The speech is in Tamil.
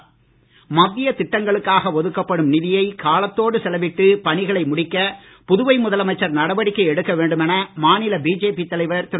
் மத்திய திட்டங்களுக்காக ஒதுக்கப்படும் நிதியை காலத்தோடு செலவிட்டு பணிகளை முடிக்க புதுவை முதலமைச்சர் நடவடிக்கை எடுக்க வேண்டும் என மாநில பிஜேபி தலைவர் திரு